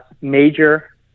major